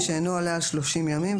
שאינו עולה על 30 ימים,